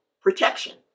protection